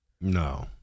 No